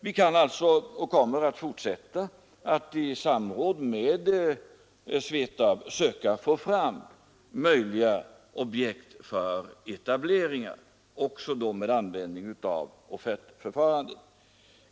Vi kommer att fortsätta med att i samråd med SVETAB söka få fram möjliga objekt för etableringar med användning av offertförfarandet.